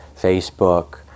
Facebook